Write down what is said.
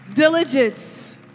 Diligence